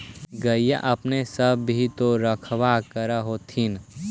गईया अपने सब भी तो रखबा कर होत्थिन?